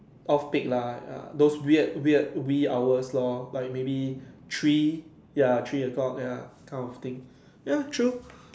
off peak lah ya those weird weird wee hours lor like maybe three ya three o'clock ya kind of thing ya true